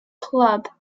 club